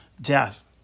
death